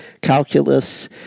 Calculus